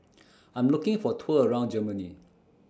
I'm looking For A Tour around Germany